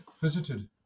visited